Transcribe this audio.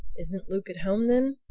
isn't luke at home then?